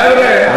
חבר'ה,